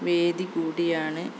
വേദി കൂടിയാണ്